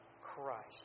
Christ